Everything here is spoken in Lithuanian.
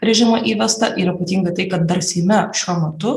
režimą įvestą ir ypatingai tai kad dar seime šiuo metu